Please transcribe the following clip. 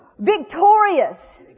Victorious